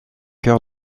cœur